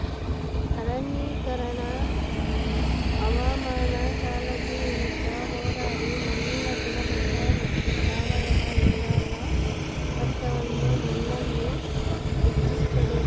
ಅರಣ್ಯೀಕರಣ ಹವಾಮಾನ ಕಾಳಜಿ ವಿರುದ್ಧ ಹೋರಾಡಿ ಮಣ್ಣಿನ ಗುಣಮಟ್ಟ ಮತ್ತು ಸಾವಯವ ಇಂಗಾಲ ಮಟ್ಟವನ್ನು ಮಣ್ಣಲ್ಲಿ ಹೆಚ್ಚಿಸ್ತದೆ